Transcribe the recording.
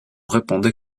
répondait